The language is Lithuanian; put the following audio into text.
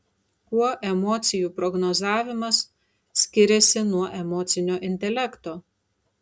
kuo emocijų prognozavimas skiriasi nuo emocinio intelekto